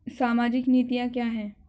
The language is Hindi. सामाजिक नीतियाँ क्या हैं?